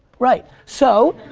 right, so